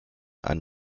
and